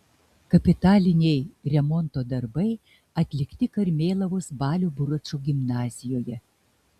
kapitaliniai remonto darbai atlikti karmėlavos balio buračo gimnazijoje